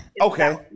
Okay